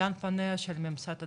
לאן פניה של הממסד הדתי,